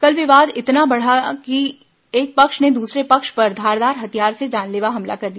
कल विवाद इतना बढ़ गया कि एक पक्ष ने दूसरे पक्ष पर धारदार हथियार से जानलेवा हमला कर दिया